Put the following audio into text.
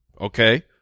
okay